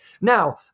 Now